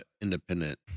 independent